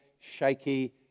shaky